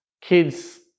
kids